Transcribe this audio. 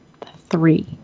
three